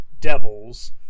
devils